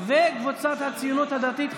קבוצת סיעת הציונות הדתית,